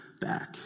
back